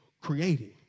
creating